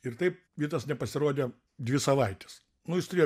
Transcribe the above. ir taip vytas nepasirodė dvi savaites nu jis turėjo